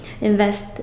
invest